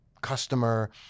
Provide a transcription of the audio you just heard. customer